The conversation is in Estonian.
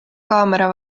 kaamera